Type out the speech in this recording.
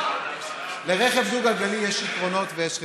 לרכב דו-גלגלי יש יתרונות ויש חסרונות.